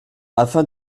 afin